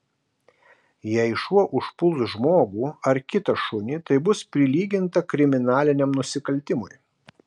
jei šuo užpuls žmogų ar kitą šunį tai bus prilyginta kriminaliniam nusikaltimui